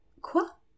Quoi